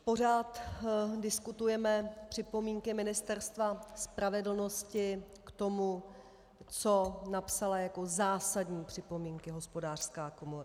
Pořád diskutujeme připomínky Ministerstva spravedlnosti k tomu, co napsala jako zásadní připomínky Hospodářská komora.